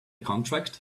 contract